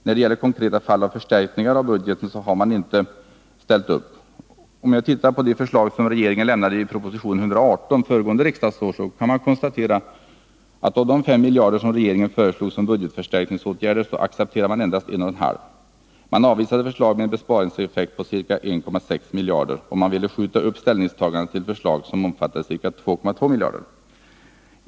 När det gäller konkreta fall av förstärkningar av budgeten har man inte ställt upp. Om man tittar på de förslag som regeringen lämnade i proposition 118 föregående riksmöte kan man konstatera att av de 5 miljarder som regeringen föreslog i budgetförstärkningsåtgärder accepterade socialdemokraterna endast 1,5 miljarder. De avvisade förslag med en besparingseffekt på ca 1,6 miljarder, och de ville skjuta upp ställningstagandet till förslag som omfattade ca 2,2 miljarder.